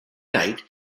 night